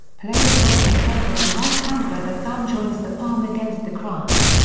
players rest the curve of the right hand where the thumb joins the palm against the crutch.